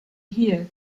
here